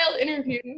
interview